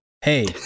Hey